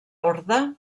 orde